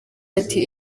ati